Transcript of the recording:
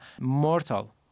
mortal